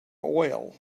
oil